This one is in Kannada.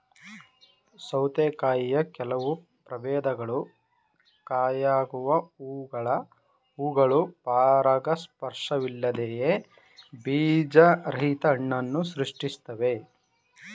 ಸೌತೆಕಾಯಿಯ ಕೆಲವು ಪ್ರಭೇದಗಳು ಕಾಯಾಗುವ ಹೂವುಗಳು ಪರಾಗಸ್ಪರ್ಶವಿಲ್ಲದೆಯೇ ಬೀಜರಹಿತ ಹಣ್ಣನ್ನು ಸೃಷ್ಟಿಸ್ತವೆ